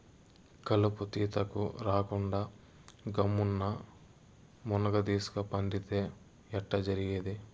కలుపు తీతకు రాకుండా గమ్మున్న మున్గదీస్క పండితే ఎట్టా జరిగేది